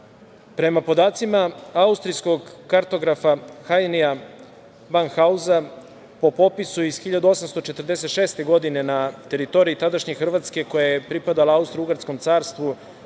Prema podacima austrijskog kartografa Hajnija Banhauza, po popisu iz 1846 godine na teritoriji tadašnje Hrvatske koja je pripadala Austrougarskom carstvu